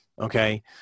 okay